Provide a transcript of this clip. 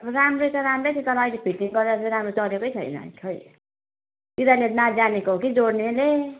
राम्रो त राम्रै थियो तर अहिले फिटिङ गरेर राम्रो चलेकै छैन खै तिनीहरूले नाजानेको हो कि जोड्नेले